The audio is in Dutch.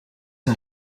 een